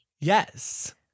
Yes